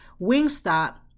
Wingstop